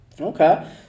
Okay